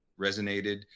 resonated